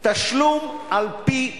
"תשלום על-פי צריכה",